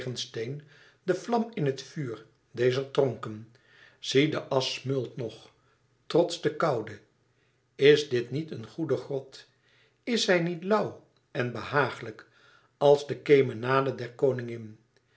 de vlam in het vuur dezer tronken zie de asch smeult nog trots de koude is dit niet een goede grot is zij niet lauw en behagelijk als de kemenade der koningin